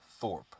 Thorpe